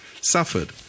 suffered